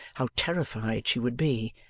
how terrified she would be.